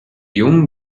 jungen